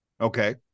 Okay